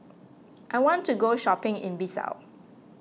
I want to go shopping in Bissau